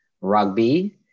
rugby